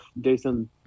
Jason